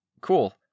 cool